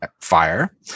FIRE